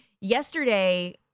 yesterday